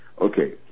Okay